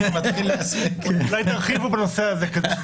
אולי תרחיבו בנושא הזה...